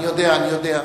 אני יודע, אני יודע.